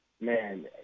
Man